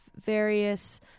various